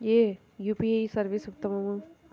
ఏ UPI service ఉత్తమము?